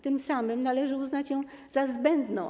Tym samym należy uznać ją za zbędną.